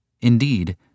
Indeed